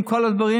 עם כל הדברים,